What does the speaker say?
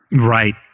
Right